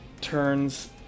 turns